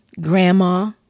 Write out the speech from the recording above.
Grandma